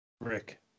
Rick